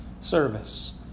service